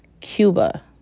Cuba